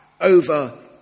over